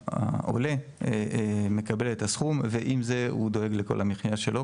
שהעולה מקבל את הסכום ועם זה הוא דואג לכל המחייה שלו,